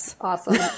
awesome